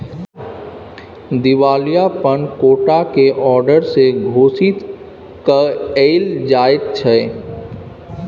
दिवालियापन कोट के औडर से घोषित कएल जाइत छइ